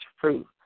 fruit